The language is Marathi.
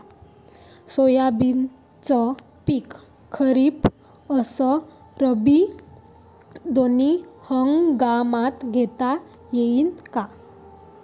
सोयाबीनचं पिक खरीप अस रब्बी दोनी हंगामात घेता येईन का?